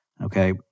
okay